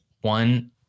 one